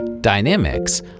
Dynamics